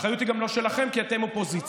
האחריות היא גם לא שלכם, כי אתם אופוזיציה.